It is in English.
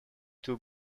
two